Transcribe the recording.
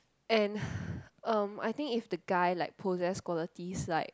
and um I think if the guy like possess qualities like